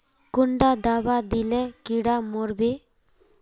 कुंडा दाबा दिले कीड़ा मोर बे?